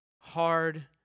hard